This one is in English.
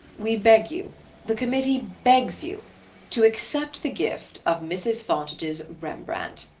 we beg you the committee begs you to accept the gift of mrs. fontage's rembrandt.